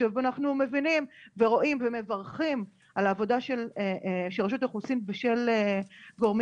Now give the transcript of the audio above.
אנחנו מבינים ורואים ומברכים על העבודה של רשות האוכלוסין ושל גורמים